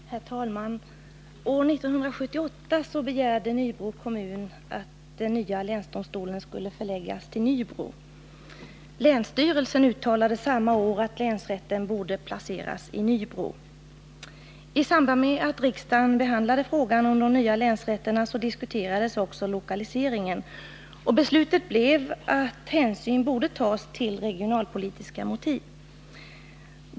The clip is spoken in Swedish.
Herr talman! År 1978 begärde Nybro kommun att den nya länsdomstolen skulle förläggas till Nybro. Länsstyrelsen uttalade samma år att länsrätten borde placeras där. I samband med att riksdagen behandlade frågan om de nya länsrätterna diskuterades också lokaliseringen. Beslutet blev att hänsyn borde tas till regionalpolitiska motiv.